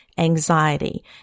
anxiety